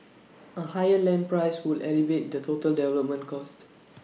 A higher land price would elevate the total development cost